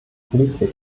politik